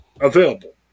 available